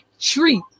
treat